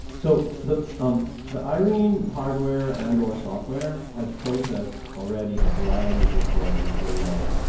so the um the irene hardware and or software has processed already a variety of historic materials